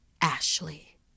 Ashley